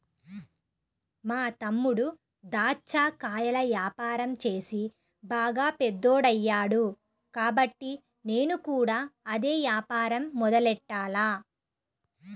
మా తమ్ముడు దాచ్చా కాయల యాపారం చేసి బాగా పెద్దోడయ్యాడు కాబట్టి నేను కూడా అదే యాపారం మొదలెట్టాల